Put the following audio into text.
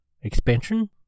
expansion